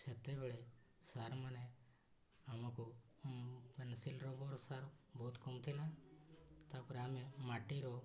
ସେତେବେଳେ ସାର୍ମାନେ ଆମକୁ ପେନସିଲ୍ ରବର ସାର୍ ବହୁତ କମ୍ ଥିଲା ତା'ପରେ ଆମେ ମାଟିର